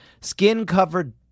Skin-covered